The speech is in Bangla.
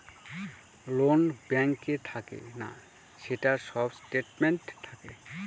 লোন ব্যাঙ্কে থাকে না, সেটার সব স্টেটমেন্ট থাকে